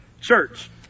church